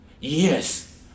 Yes